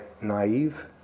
naive